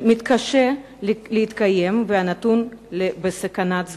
שמתקשה להתקיים ונתון בסכנת סגירה.